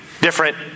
different